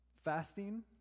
Fasting